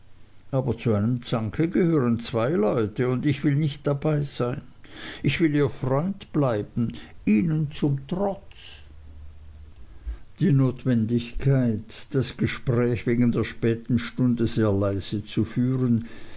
aber zu einem zanke gehören zwei leute und ich will nicht dabei sein ich will ihr freund bleiben ihnen zum trotz die notwendigkeit das gespräch wegen der späten stunde sehr leise zu führen